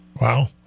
Wow